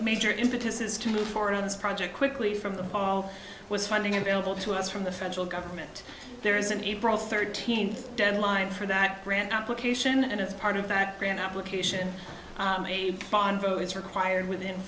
major impetus is to move forward on this project quickly from the ball was funding available to us from the federal government there is an april thirteenth deadline for that grant application and as part of that grant application is required within